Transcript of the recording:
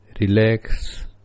Relax